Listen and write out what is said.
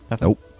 Nope